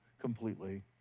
completely